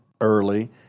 early